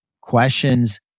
questions